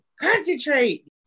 concentrate